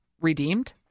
redeemed